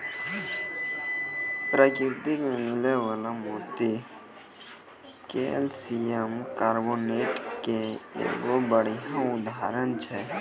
परकिरति में मिलै वला मोती कैलसियम कारबोनेट के एगो बढ़िया उदाहरण छै